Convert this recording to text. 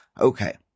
Okay